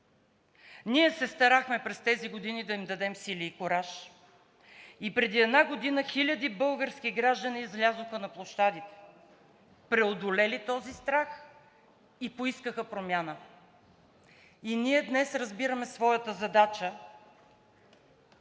Ние се старахме през тези години да им дадем сили и кураж и преди една година хиляди български граждани излязоха на площадите, преодолели този страх, и поискаха промяна. И ние днес разбираме своята задача